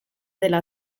dela